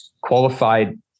qualified